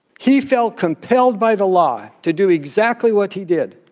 he felt compelled by the law to do exactly what he did.